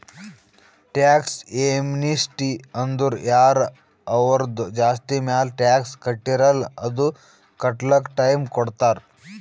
tax amnesty ಅಂದುರ್ ಯಾರ ಅವರ್ದು ಆಸ್ತಿ ಮ್ಯಾಲ ಟ್ಯಾಕ್ಸ್ ಕಟ್ಟಿರಲ್ಲ್ ಅದು ಕಟ್ಲಕ್ ಟೈಮ್ ಕೊಡ್ತಾರ್